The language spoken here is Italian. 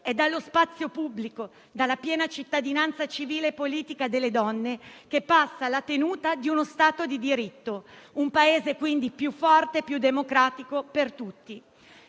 è dallo spazio pubblico, dalla piena cittadinanza civile e politica delle donne che passa la tenuta di uno Stato di diritto, un Paese quindi più forte e più democratico per tutti.